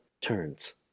turns